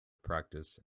practice